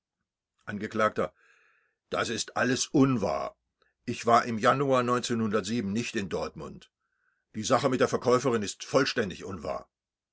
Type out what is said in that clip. angekl das ist alles unwahr ich war im januar nicht in dortmund die sache mit der verkäuferin ist vollständig unwahr